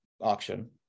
auction